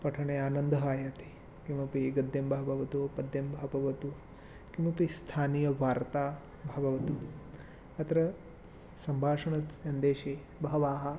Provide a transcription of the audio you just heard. पठने आनन्दः आयाति किमपि गद्यं वा भवतु पद्यं वा भवतु किमपि स्थानीयवार्ता वा भवतु अत्र सम्भाषणसन्देशे बहवः